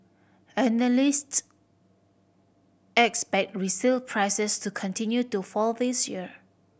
analysts expect resale prices to continue to fall this year